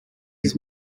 his